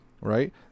right